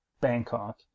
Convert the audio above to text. Bangkok